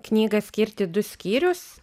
knygą skirt į du skyrius